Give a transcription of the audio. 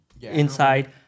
inside